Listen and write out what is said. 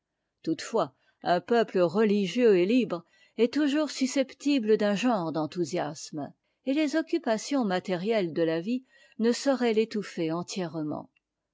toutefois un peuple religieux et libre est toujours susceptible d'un genre d'enthousiasme et les occupations matérielles de la vie ne sauraient l'étouffer entièrement